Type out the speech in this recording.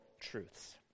truths